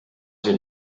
sie